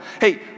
Hey